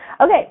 Okay